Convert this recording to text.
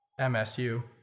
MSU